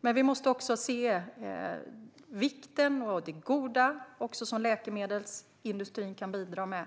Men vi måste också se vikten av det goda som läkemedelsindustrin också kan bidra med